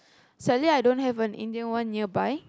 sadly I don't have an Indian one near by